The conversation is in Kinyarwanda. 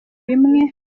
bimwe